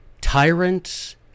tyrants